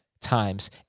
times